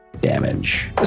damage